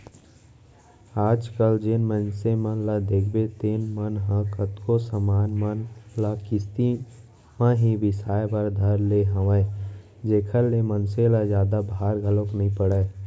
आज कल जेन मनसे मन ल देखबे तेन मन ह कतको समान मन ल किस्ती म ही बिसाय बर धर ले हवय जेखर ले मनसे ल जादा भार घलोक नइ पड़य